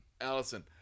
Allison